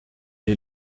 est